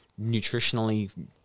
nutritionally